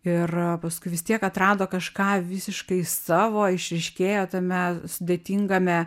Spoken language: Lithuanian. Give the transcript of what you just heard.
ir paskui vis tiek atrado kažką visiškai savo išryškėjo tame sudėtingame